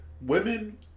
women